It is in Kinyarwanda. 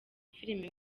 filime